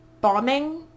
bombing